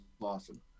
awesome